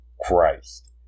Christ